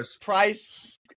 price